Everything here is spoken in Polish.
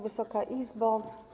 Wysoka Izbo!